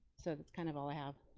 so kind of all i have.